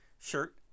shirt